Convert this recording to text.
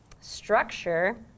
structure